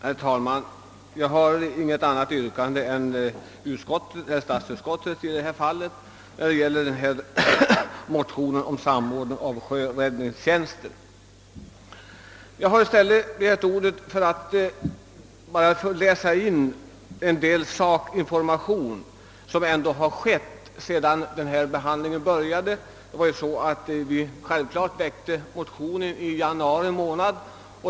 Herr talman! Jag har intet annat yrkande än statsutskottet beträffande denna motion om samordning av sjöräddningstjänsten. Jag har i stället begärt ordet för att få med en del sakinformation om vad som ändå har skett sedan vi väckte motionen i januari månad.